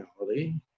reality